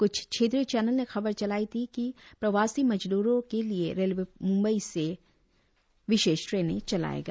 क्छ क्षेत्रीय चैनल ने खबर चलाई थी कि प्रवासी मजद्रों के लिए रेलवे मुंबई से विशेष ट्रेनें चलाएगा